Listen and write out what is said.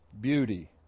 beauty